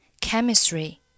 chemistry